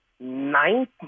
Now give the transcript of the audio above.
ninth